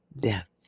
death